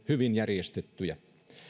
hyvin järjestettyjä